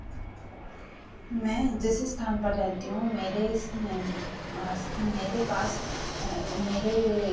मैं जिस स्थान पर रहती हूँ मेरे आस मेरे पास मेरे